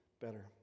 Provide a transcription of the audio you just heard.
better